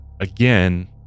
again